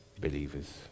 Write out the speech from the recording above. believers